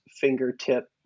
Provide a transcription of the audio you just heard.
fingertip